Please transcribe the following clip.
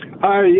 Hi